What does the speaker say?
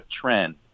trend